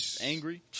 Angry